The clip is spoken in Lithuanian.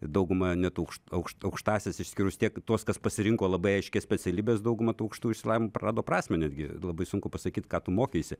dauguma net aukšt aukš aukštąsias išskyrus tiek tuos kas pasirinko labai aiškias specialybes dauguma tų aukštųjų išsilavinimų prarado prasmę netgi labai sunku pasakyt ką tu mokeisi